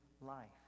life